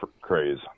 craze